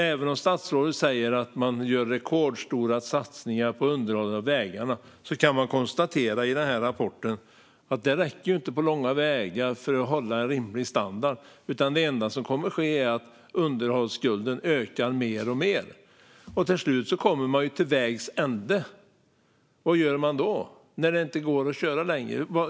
Även om statsrådet säger att man gör rekordstora satsningar på underhållet av vägarna kan man av rapporten konstatera att det inte räcker på långa vägar för att hålla en rimlig standard. Det enda som kommer att ske är att underhållsskulden ökar alltmer. Till slut kommer man till vägs ände. Vad gör man när det inte går att köra längre?